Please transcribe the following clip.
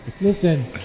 listen